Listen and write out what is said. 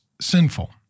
sinful